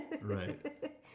Right